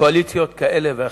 קואליציות כאלה ואחרות.